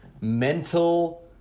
mental